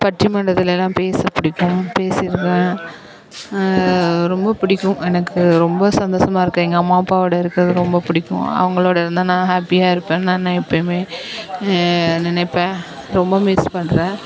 பட்டிமன்றத்திலேலாம் பேசப் பிடிக்கும் பேசியிருக்கேன் ரொம்ப பிடிக்கும் எனக்கு ரொம்ப சந்தோஷமாக இருக்கும் எங்கள் அம்மா அப்பாவோடய இருக்கிறது ரொம்ப பிடிக்கும் அவங்களோட இருந்தால் நான் ஹேப்பியாக இருப்பேன் நான் எப்பயுமே நினைப்பேன் ரொம்ப மிஸ் பண்ணுறேன்